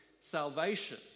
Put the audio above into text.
salvation